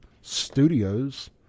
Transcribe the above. studios